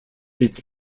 its